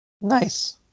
Nice